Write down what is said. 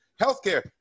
healthcare